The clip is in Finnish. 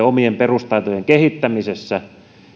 omien perustaitojen kehittämisessä